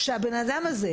שהבן אדם הזה,